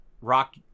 Rock